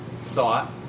thought